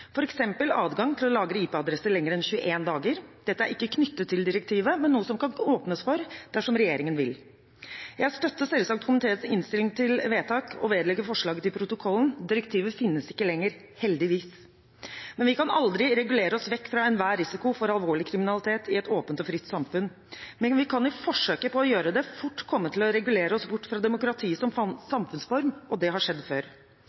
f.eks. adgang til å lagre IP-adresser lenger enn 21 dager. Dette er ikke knyttet til direktivet, men noe som kan åpnes for – dersom regjeringen vil. Jeg støtter selvsagt komiteens innstilling til vedtak – å vedlegge forslaget protokollen. Direktivet finnes ikke lenger, heldigvis. Vi kan aldri regulere oss vekk fra enhver risiko for alvorlig kriminalitet i et åpent og fritt samfunn, men vi kan i forsøket på å gjøre det fort komme til å regulere oss bort fra demokratiet som samfunnsform – det har skjedd før.